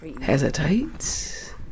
hesitates